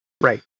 Right